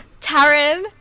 Taryn